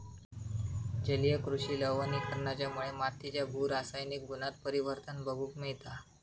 जलीय कृषि लवणीकरणाच्यामुळे मातीच्या भू रासायनिक गुणांत परिवर्तन बघूक मिळता